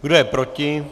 Kdo je proti?